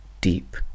deep